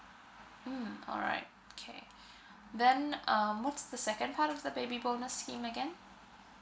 mm alright okay then um what's the second part of the baby bonus scheme again